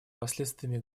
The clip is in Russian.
последствиями